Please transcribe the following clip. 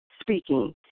speaking